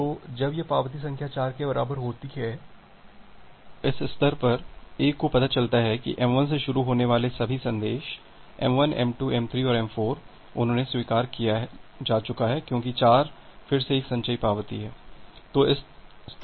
तो जब यह पावती संख्या 4 के बराबर होती है तो इस स्तर पर A को पता चलता है कि m1 से शुरू होने वाले सभी 4 संदेश m1 m2 m3 और m4 उन्होंने स्वीकार किया जा चूका है क्योंकि 4 फिर से एक संचयी पावती है